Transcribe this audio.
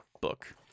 book